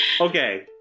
okay